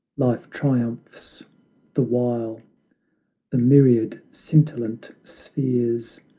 life triumphs the while the myriad scintillant spheres,